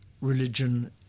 religion